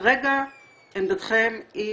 כרגע עמדתכם היא